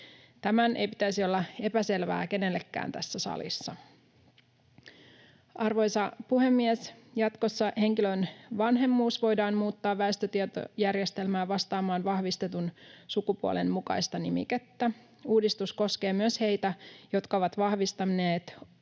Tämän ei pitäisi olla epäselvää kenellekään tässä salissa. Arvoisa puhemies! Jatkossa henkilön vanhemmuus voidaan muuttaa väestötietojärjestelmään vastaamaan vahvistetun sukupuolen mukaista nimikettä. Uudistus koskee myös heitä, jotka ovat vahvistaneet